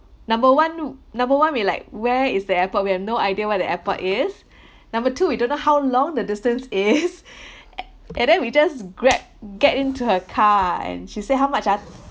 number one number one we like where is the airport we have no idea where the airport is number two we don't know how long the distance is and then we just grab get into her car and she say how much ah